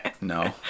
No